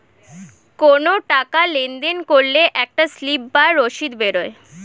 কোনো টাকা লেনদেন করলে একটা স্লিপ বা রসিদ বেরোয়